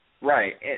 Right